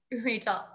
Rachel